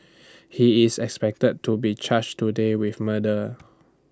he is expected to be charged today with murder